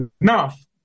enough